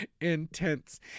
intense